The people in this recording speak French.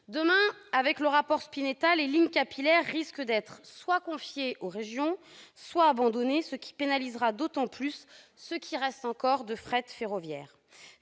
Demain, avec le rapport Spinetta, les lignes capillaires risquent d'être soit confiées aux régions soit abandonnées, ce qui pénalisera d'autant plus ce qui reste encore de fret ferroviaire.